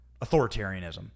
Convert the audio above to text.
Authoritarianism